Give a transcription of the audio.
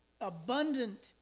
abundant